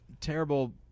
terrible